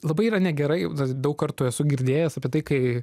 labai yra negerai daug kartų esu girdėjęs apie tai kai